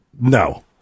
No